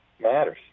matters